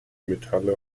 metalle